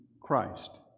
Christ